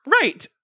Right